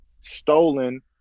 stolen